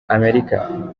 amerika